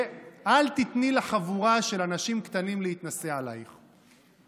ואל תיתני לחבורה של אנשים קטנים להתנשא עלייך.